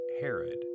Herod